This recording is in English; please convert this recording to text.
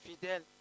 fidèle